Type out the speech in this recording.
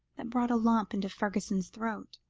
that brought a lump into fergusson's throat.